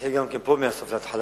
נתחיל גם פה מהסוף להתחלה.